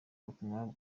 ubutumwa